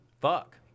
Fuck